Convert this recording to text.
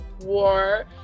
war